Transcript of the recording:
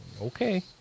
Okay